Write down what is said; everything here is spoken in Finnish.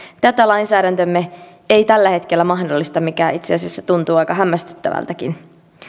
tätä lainsäädäntömme ei tällä hetkellä mahdollista mikä itse asiassa tuntuu aika hämmästyttävältäkin